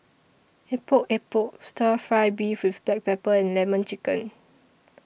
Epok Epok Stir Fry Beef with Black Pepper and Lemon Chicken